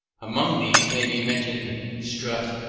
among these may be mentioned strutt,